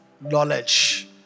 knowledge